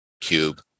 cube